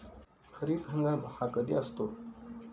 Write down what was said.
खरीप हंगाम हा कधी असतो?